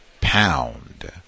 pound